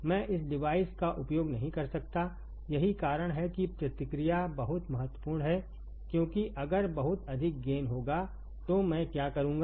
मैं इस डिवाइस का उपयोग नहीं कर सकता यही कारण है कि प्रतिक्रिया बहुत महत्वपूर्ण है क्योंकि अगर बहुत अधिक गेन होगा तो मैं क्या करूंगा